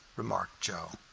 remarked joe.